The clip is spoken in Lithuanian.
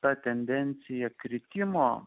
ta tendencija kritimo